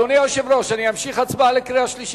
אדוני היושב-ראש, אני אמשיך הצבעה לקריאה שלישית.